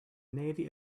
navy